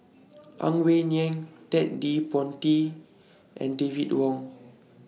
Ang Wei Neng Ted De Ponti and David Wong